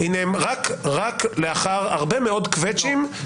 רק לאחר הרבה מאוד קווצ'ים,